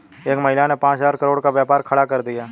एक महिला ने पांच हजार करोड़ का व्यापार खड़ा कर दिया